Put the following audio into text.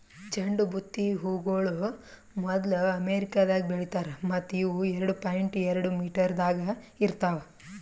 ಚಂಡು ಬುತ್ತಿ ಹೂಗೊಳ್ ಮೊದ್ಲು ಅಮೆರಿಕದಾಗ್ ಬೆಳಿತಾರ್ ಮತ್ತ ಇವು ಎರಡು ಪಾಯಿಂಟ್ ಎರಡು ಮೀಟರದಾಗ್ ಇರ್ತಾವ್